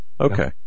okay